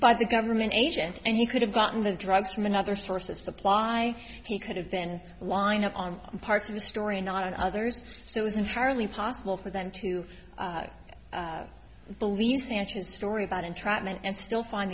by the government agent and he could have gotten the drugs from another source of supply he could have been lined up on parts of the story not others so it was entirely possible for them to believe sanchez story about entrapment and still find